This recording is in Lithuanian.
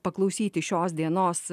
paklausyti šios dienos